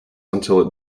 until